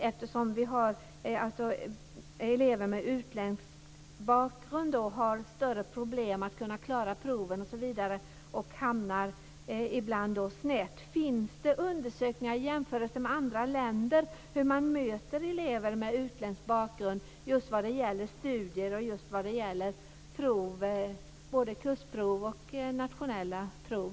Eftersom elever med utländsk bakgrund har större svårighet att klara proven och ibland hamnar snett undrar jag om det finns undersökningar i jämförelse med andra länder om hur man möter elever med utländsk bakgrund när det gäller studier och prov